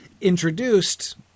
introduced